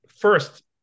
First